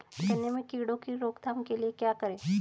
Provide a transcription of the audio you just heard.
गन्ने में कीड़ों की रोक थाम के लिये क्या करें?